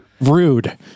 Rude